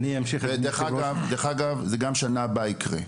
דרך אגב, זה יקרה גם בשנה הבאה.